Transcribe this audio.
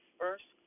first